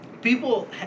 people